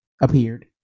appeared